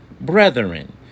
brethren